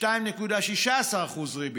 2.16% ריבית,